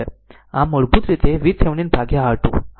આમ મૂળભૂત રીતે તે VThevenin ભાગ્યા R2 છે